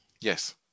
Yes